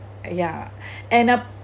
yeah and uh